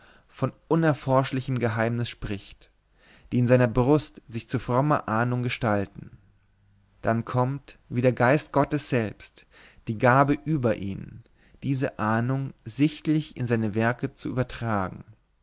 von unerforschlichem geheimnis spricht die in seiner brust sich zu frommer ahnung gestalten dann kommt wie der geist gottes selbst die gabe über ihn diese ahnung sichtlich in seine werke zu übertragen